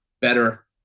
better